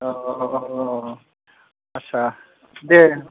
औ औ औ औ आदसा दे